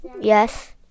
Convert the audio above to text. Yes